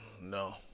No